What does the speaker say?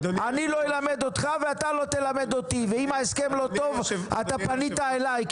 אני לא אלמד אותך ואתה לא תלמד אותי ואם ההסכם לא טוב אתה פנית אליי,